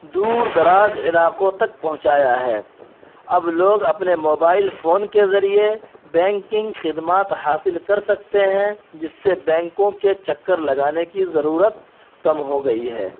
دور دراز علاقوں تک پہنچایا ہے اب لوگ اپنے موبائل فون کے ذریعے بینکنگ خدمات حاصل کر سکتے ہیں جس سے بینکوں کے چکر لگانے کی ضرورت کم ہو گئی ہے